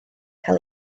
cael